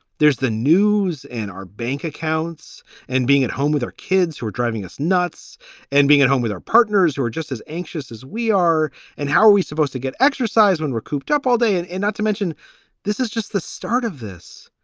there's the news in our bank accounts and being at home with our kids who are driving us nuts and being at home with our partners who are just as anxious as we are and how are we supposed to get exercise when we're cooped up all day? and and not to mention this is just the start of this.